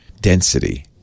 density